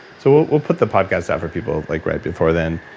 so we'll put the podcast out for people like right before then.